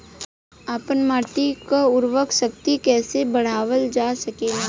आपन माटी क उर्वरा शक्ति कइसे बढ़ावल जा सकेला?